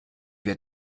wir